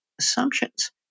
assumptions